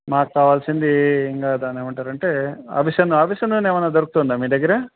మాకుక్ కావాల్సింది ఇంకాదాని ఏమంటారంటే ఆఫిషన్న ఆఫషంద ఏమన్నానా దొరుకుతుందా మీ దగ్గర